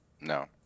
No